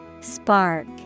Spark